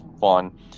fun